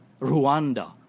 Rwanda